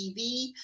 TV